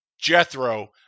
Jethro